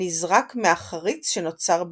נזרק מהחריץ שנוצר ביניהן.